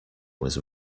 was